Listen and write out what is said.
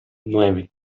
nueve